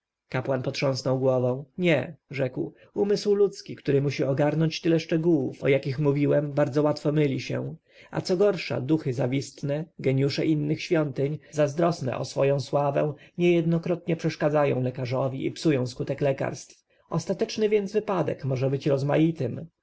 potrząsnął głową nie rzekł umysł ludzki który musi ogarnąć tyle szczegółów o jakich mówiłem bardzo łatwo myli się a co gorsza duchy zawistne genjusze innych świątyń zazdrosne o swoją sławę niejednokrotnie przeszkadzają lekarzowi i psują skutek lekarstw ostateczny więc wypadek może być rozmaitym